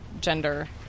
gender